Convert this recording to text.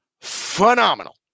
phenomenal